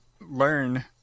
learn